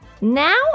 Now